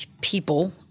people